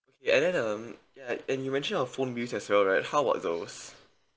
ya and then um ya and you mentioned of phone bills as well right how about those